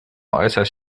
äußerst